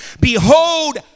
behold